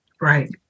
Right